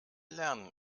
lernen